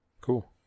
Cool